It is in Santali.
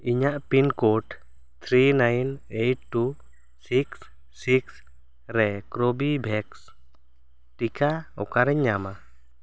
ᱤᱧᱟᱹᱜ pin code three nine eight two six six ᱨᱮ ᱠᱨᱳᱵᱮᱵᱷᱮᱠᱥ ᱴᱤᱠᱟᱹ ᱚᱠᱟᱨᱮᱧ ᱧᱟᱢᱟ